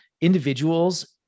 individuals